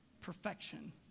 perfection